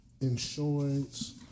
insurance